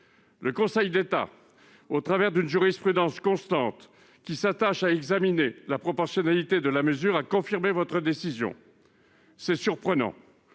le Conseil d'État, au travers d'une jurisprudence constante, qui s'attache à examiner la proportionnalité de la mesure, a confirmé votre décision ; voilà qui est surprenant